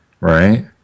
right